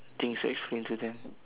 things to explain to them